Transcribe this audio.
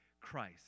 Christ